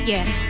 Yes